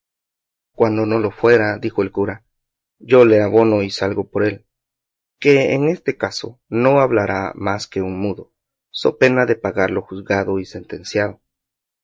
cuando no lo fuera dijo el cura yo le abono y salgo por él que en este caso no hablará más que un mudo so pena de pagar lo juzgado y sentenciado